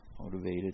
motivated